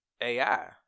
AI